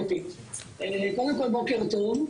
קודם כל, בוקר טוב.